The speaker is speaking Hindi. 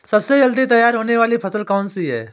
सबसे जल्दी तैयार होने वाली फसल कौन सी है?